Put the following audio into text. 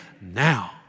now